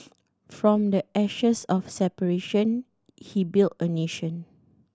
from the ashes of separation he built a nation